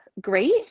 great